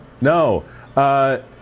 no